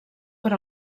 per